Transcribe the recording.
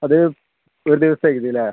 അത് ഒരു ദിവസത്തെ ഇത് അല്ലെ